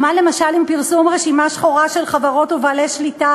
או מה למשל עם פרסום רשימה שחורה של חברות ובעלי שליטה